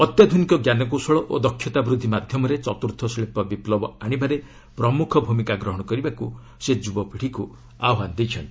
ଅତ୍ୟାଧୁନିକ ଜ୍ଞାନକୌଶଳ ଓ ଦକ୍ଷତା ବୃଦ୍ଧି ମାଧ୍ୟମରେ ଚତୁର୍ଥ ଶିଳ୍ପ ବିପ୍ଳବ ଆଣିବାରେ ପ୍ରମୁଖ ଭୂମିକା ଗ୍ରହଣ କରିବାକୁ ସେ ଯୁବପିଢ଼ିକୁ ଆହ୍ୱାନ ଦେଇଛନ୍ତି